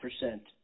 percent